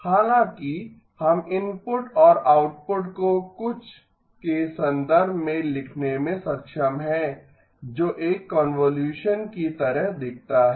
हालांकि हम इनपुट और आउटपुट को कुछ के संदर्भ में लिखने में सक्षम हैं जो एक कोन्वोलुसन की तरह दिखता है